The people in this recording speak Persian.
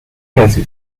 کسی